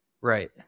Right